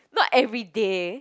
not everyday